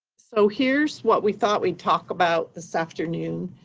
so here's what we thought we'd talk about this afternoon.